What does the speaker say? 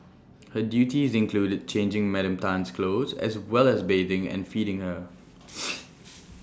her duties included changing Madam Tan's clothes as well as bathing and feeding her